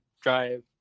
drive